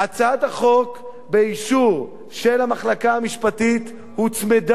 הצעת החוק, באישור המחלקה המשפטית, הוצמדה,